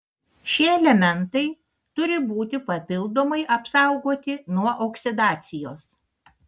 šie elementai turi būti papildomai apsaugoti nuo oksidacijos